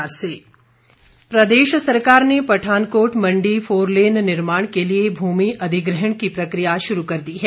प्रश्नकाल प्रदेश सरकार ने पठानकोट मंडी फोरलेन निर्माण के लिए भूमि अधिग्रहण की प्रक्रिया शुरू कर दी है